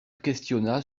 questionna